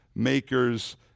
makers